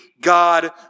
God